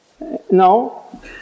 No